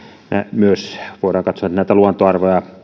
myös voidaan katsoa näitä luontoarvoja